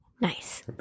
nice